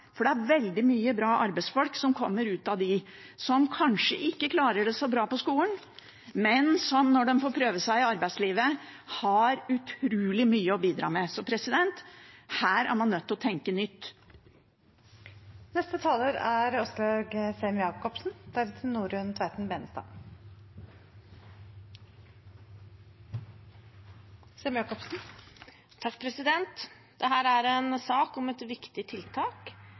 for det er veldig mye bra arbeidsfolk som kommer ut av dem som kanskje ikke klarer det så bra på skolen, men som når de får prøve seg i arbeidslivet, har utrolig mye å bidra med. Så her er man nødt til å tenke nytt. Dette er en sak om et viktig tiltak for å lykkes med en viktig utfordring vi har. Områdesatsingene handler om